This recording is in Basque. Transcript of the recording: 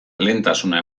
lehentasuna